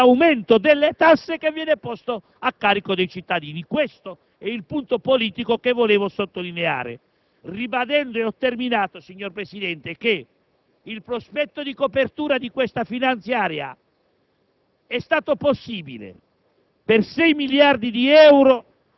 e che, invece, potevano essere usate per ridurre l'aumento delle tasse posto a carico dei cittadini. Questo è il punto politico che volevo sottolineare, ribadendo che il prospetto di copertura di questa finanziaria